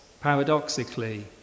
paradoxically